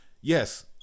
yes